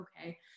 okay